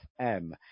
FM